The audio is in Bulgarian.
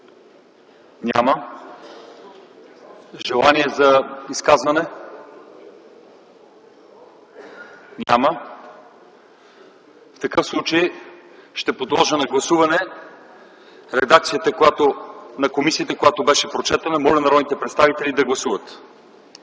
Няма. Желания за изказвания? Няма. В такъв случай ще подложа на гласуване редакцията на комисията, която беше прочетена. Моля, народните представители да гласуват.